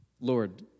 Lord